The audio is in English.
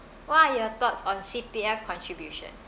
what are your thoughts on C_P_F contribution